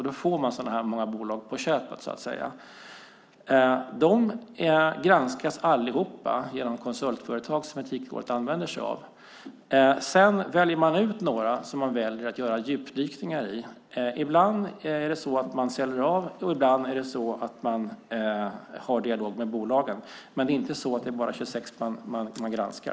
Då får man så många bolag på köpet, så att säga. De granskas allihop genom konsultföretag som Etikrådet använder sig av. Sedan väljer man ut några som man väljer att göra djupdykningar i. Ibland säljer man av, och ibland har man dialog med bolagen. Men det är inte bara 26 företag man granskar.